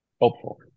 hopeful